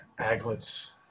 aglets